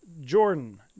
Jordan